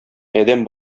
адәм